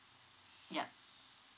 ya